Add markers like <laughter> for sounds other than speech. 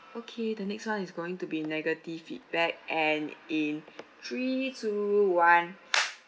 okay the next one is going to be negative feedback and in three two one <noise>